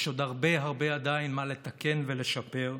יש עוד הרבה הרבה מה לתקן ולשפר,